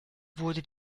wurde